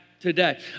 today